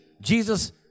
Jesus